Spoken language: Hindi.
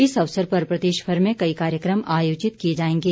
इस अवसर पर प्रदेशभर में कई कार्यक्रम आयोजित किये जाएंगे